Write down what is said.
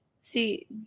See